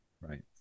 Right